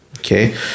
okay